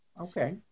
Okay